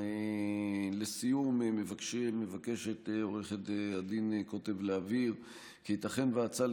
לסיום מבקשת עו"ד קוטב להבהיר כי ייתכן שההצעה